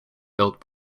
built